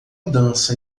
dança